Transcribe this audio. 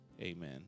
Amen